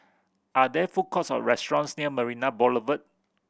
are there food courts or restaurants near Marina Boulevard